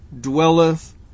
dwelleth